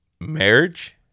marriage